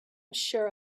sure